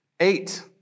Eight